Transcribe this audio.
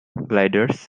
gliders